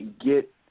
get